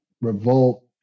Revolt